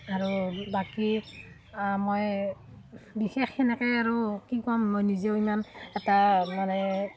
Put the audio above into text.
আৰু বাকী মই বিশেষ সেনেকৈ আৰু কি ক'ম মই নিজেও ইমান এটা মানে